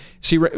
See